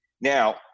Now